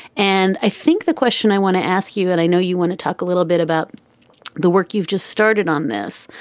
and i think the question i want to ask you and i know you want to talk a little bit about the work you've just started on this,